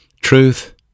truth